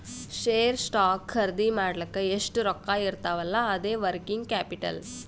share, stock ಖರ್ದಿ ಮಾಡ್ಲಕ್ ಎಷ್ಟ ರೊಕ್ಕಾ ಇರ್ತಾವ್ ಅಲ್ಲಾ ಅದೇ ವರ್ಕಿಂಗ್ ಕ್ಯಾಪಿಟಲ್